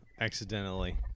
accidentally